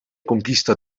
conquista